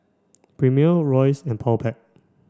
Premier Royce and Powerpac